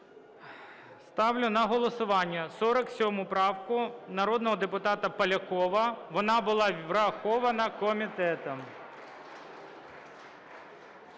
Ставлю на голосування 47 правку народного депутата Полякова. Вона була врахована комітетом.